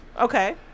Okay